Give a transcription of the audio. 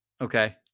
Okay